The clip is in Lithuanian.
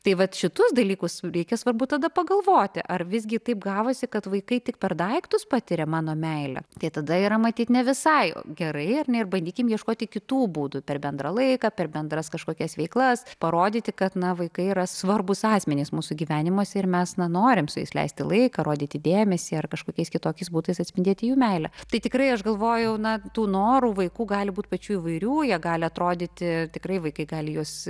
tai vat šitus dalykus reikia svarbu tada pagalvoti ar visgi taip gavosi kad vaikai tik per daiktus patiria mano meilę tai tada yra matyt ne visai gerai ar ne ir baidykim ieškoti kitų būdų per bendrą laiką per bendras kažkokias veiklas parodyti kad na vaikai yra svarbūs asmenys mūsų gyvenimuose ir mes na norim su jais leisti laiką rodyti dėmesį ar kažkokiais kitokiais būdais atspindėti jų meilę tai tikrai aš galvojau na tų norų vaikų gali būti pačių įvairių jie gali atrodyti tikrai vaikai gali juos